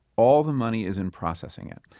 all of the money is in processing it.